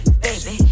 baby